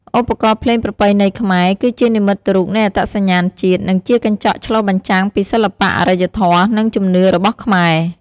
ឧបករណ៍ភ្លេងប្រពៃណីខ្មែរ គឺជានិមិត្តរូបនៃអត្តសញ្ញាណជាតិ និងជាកញ្ចក់ឆ្លុះបញ្ចាំងពីសិល្បៈ អរិយធម៌ និងជំនឿរបស់ខ្មែរ។